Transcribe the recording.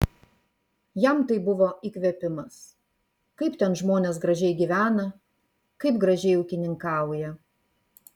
jam tai buvo įkvėpimas kaip ten žmonės gražiai gyvena kaip gražiai ūkininkauja